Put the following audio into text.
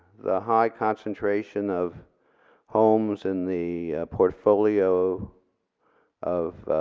the high concentration of homes and the portfolio of